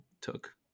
took